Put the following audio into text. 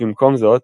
במקום זאת,